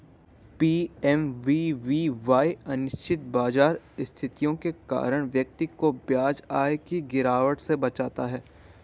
PMVVY अनिश्चित बाजार स्थितियों के कारण व्यक्ति को ब्याज आय की गिरावट से बचाता है